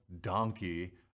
donkey